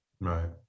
Right